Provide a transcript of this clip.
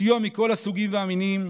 סיוע מכל הסוגים והמינים,